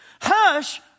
Hush